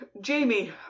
Jamie